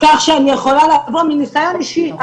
אני יכולה לבוא מניסיון אישי.